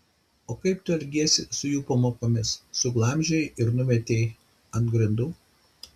o kaip tu elgiesi su jų pamokomis suglamžei ir numetei ant grindų